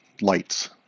lights